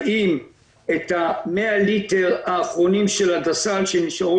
כמו האם את ה-100 ליטר האחרונים של הדס"ל שנשארו